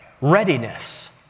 readiness